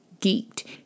geeked